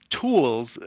tools